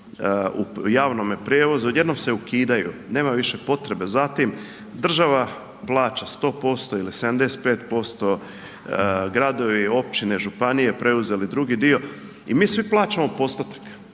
u javnome prijevozu, odjednom se ukidaju, nema više potrebe za tim, država plaća 100% ili 75%, gradovi, općine, županije preuzeli drugi dio i mi svi plaćamo postotak,